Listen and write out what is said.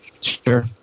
Sure